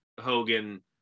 Hogan